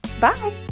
Bye